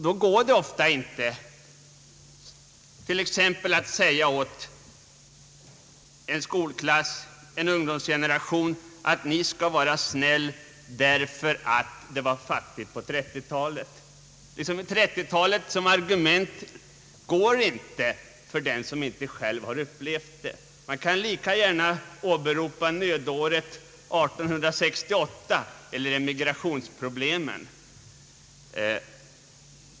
Då går det ofta inte att t.ex. säga åt en skolklass eller en ungdomsgeneration: Ni skall vara snälla därför att det var fattigt på 1930-talet! 1930-talet som argument betyder ingenting för den som själv inte har upplevt det. Man kan lika gärna åberopa nödåret 1868 eller emigrationsproblemen.